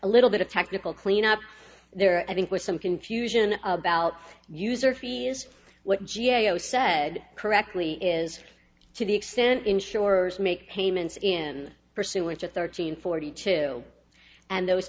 a little bit of technical clean up there i think with some confusion about user fee is what g a o said correctly is to the extent insurers make payments in pursuant to thirteen forty two and those